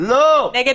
נגד